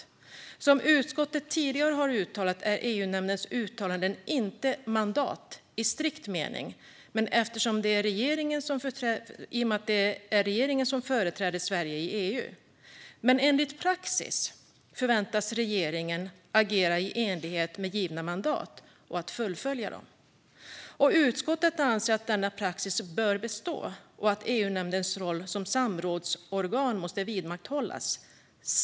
Gransknings-betänkandeRegeringens förhållande till riksdagen Som utskottet tidigare har uttalat ger EU-nämnden genom sina uttalanden inte regeringen mandat i strikt mening, eftersom det är regeringen som företräder Sverige i EU, men enligt praxis förväntas regeringen agera i enlighet med givna mandat och fullfölja dem. Utskottet anser att denna praxis bör bestå och att EU-nämndens roll som samrådsorgan måste vidmakthållas.